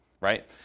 Right